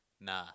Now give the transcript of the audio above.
Nah